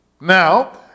Now